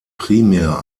primär